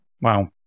Wow